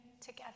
together